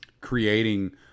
creating